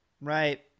Right